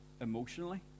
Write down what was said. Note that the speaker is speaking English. emotionally